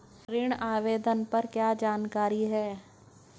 ऋण आवेदन पर क्या जानकारी है?